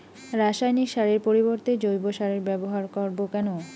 রাসায়নিক সারের পরিবর্তে জৈব সারের ব্যবহার করব কেন?